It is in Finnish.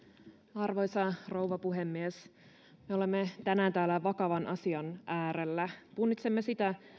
arvoisa rouva puhemies me olemme tänään täällä vakavan asian äärellä punnitsemme sitä